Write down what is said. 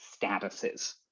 statuses